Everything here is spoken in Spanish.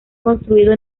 construido